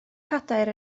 cadair